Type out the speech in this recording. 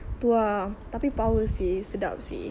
tu ah tapi power seh sedap seh